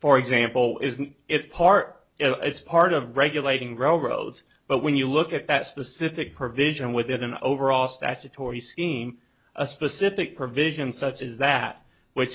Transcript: for example isn't it part of it's part of regulating railroads but when you look at that specific provision within an overall statutory scheme a specific provision such as that which